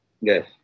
Yes